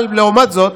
אבל לעומת זאת,